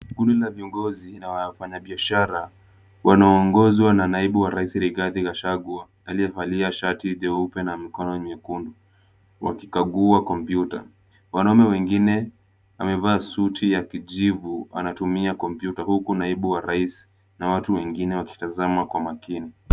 Kundi la viongozi na wafanyabiashara wanaoongozwa na naibu wa rais Rigathi Gachagwa, aliyevalia shati jeupe na mikono nyekundu wakikagua kompyuta. Wanaume wengine amevaa suti ya kijivu anatumia kompyuta, huku naibu wa rais na watu wengine wakitazamwa kwa makini.